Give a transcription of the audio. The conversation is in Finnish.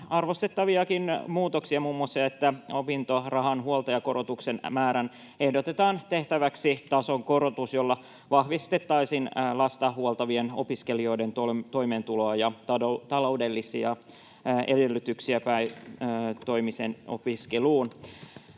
arvostettaviakin muutoksia, muun muassa se, että opintorahan huoltajakorotuksen määrään ehdotetaan tehtäväksi tasokorotus, jolla vahvistettaisiin lasta huoltavien opiskelijoiden toimeentuloa ja taloudellisia edellytyksiä päätoimiseen opiskeluun.